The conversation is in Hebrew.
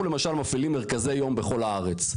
אנחנו למשל מפעילים מרכזי יום בכל הארץ.